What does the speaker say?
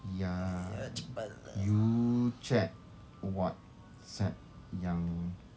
ya you check WhatsApp yang